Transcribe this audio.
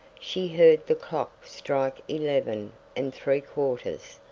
she heard the clock strike eleven and three-quarters,